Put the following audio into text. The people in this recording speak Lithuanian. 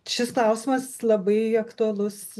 šis klausimas labai aktualus